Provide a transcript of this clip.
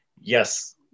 yes